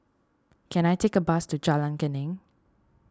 can I take a bus to Jalan Geneng